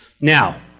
Now